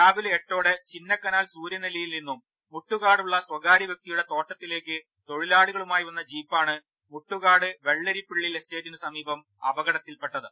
രാവിലെ എട്ടോടെ ചിന്നക്കനാൽ സൂര്യനെല്ലിയിൽ നിന്നും മുട്ടുകാടുള്ള സ്വകാര്യ വ്യക്തിയുടെ തോട്ടത്തിലേയ്ക്ക് തൊഴിലാളിക ളുമായി വന്ന ജീപ്പാണ് മുട്ടുകാട് വെള്ളരിപ്പിള്ളിൽ എസ്റ്റേറ്റിന് സമീപം അപകടത്തിൽ പെട്ടത്